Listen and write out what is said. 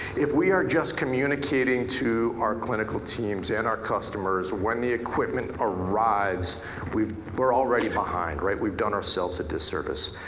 if we are just communicating to our clinical teams and our customers when the equipment arrives we're already behind, right. we've done ourselves a disservice.